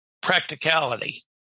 practicality